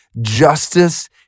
justice